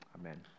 Amen